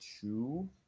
two